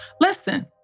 listen